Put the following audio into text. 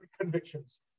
convictions